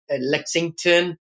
Lexington